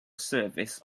service